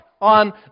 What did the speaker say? on